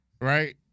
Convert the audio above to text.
right